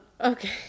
okay